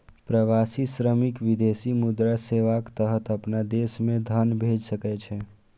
प्रवासी श्रमिक विदेशी मुद्रा सेवाक तहत अपना देश मे धन भेज सकै छै